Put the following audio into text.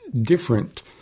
different